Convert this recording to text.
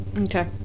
Okay